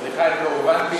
סליחה אם לא הובנתי.